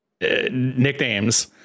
Nicknames